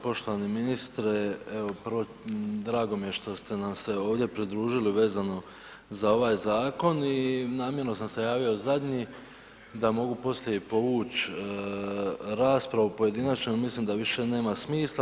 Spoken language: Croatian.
Poštovani ministre, evo prvo drago mi što ste nam se ovdje pridružili vezano za ovaj zakon i namjerno sam se javio zadnji da mogu poslije povući raspravu pojedinačnu jer mislim da više nema smisla.